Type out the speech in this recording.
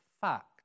fact